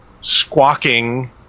squawking